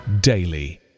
daily